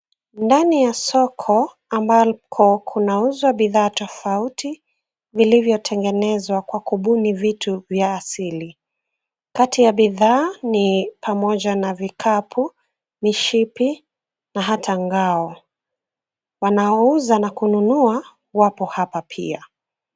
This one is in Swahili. Ndani ya soko ambako kunauzwa bidhaa tofauti vilivyotengenezwa kwa kubuni vitu vya asili. Kati ya bidhaa, ni pamoja na vikapu, mishipi na hata ngao. Wanaouza na kununua, wapo hapa pia.